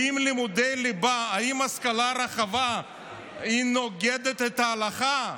האם לימודי ליבה, האם השכלה רחבה נוגדת את ההלכה?